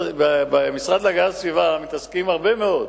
במשרד להגנת הסביבה מתעסקים הרבה מאוד